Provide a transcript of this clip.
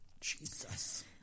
Jesus